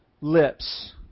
lips